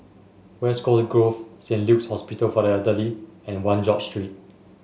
West Coast Grove Saint Luke's Hospital for the Elderly and One George Street